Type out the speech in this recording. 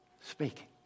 speaking